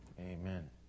amen